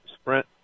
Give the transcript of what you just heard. Sprint